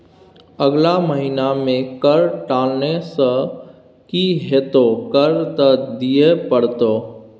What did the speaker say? अगला महिना मे कर टालने सँ की हेतौ कर त दिइयै पड़तौ